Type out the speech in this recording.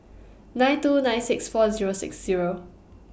nine two nine six four Zero six Zero